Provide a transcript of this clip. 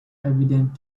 evident